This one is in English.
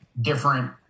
different